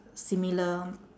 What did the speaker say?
similar